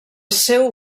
seu